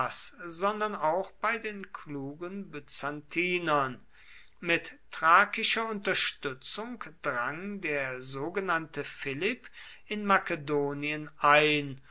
sondern auch bei den klugen byzantiern mit thrakischer unterstützung drang der sogenannte philipp in makedonien ein